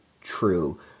true